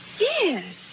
Yes